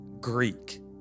Greek